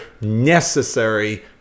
necessary